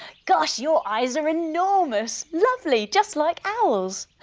gosh! your eyes are enormous! lovely! just like owls.